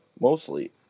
mostly